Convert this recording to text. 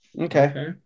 Okay